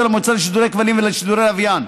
ולמועצה לשידורי כבלים ולשידורי לוויין.